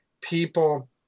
people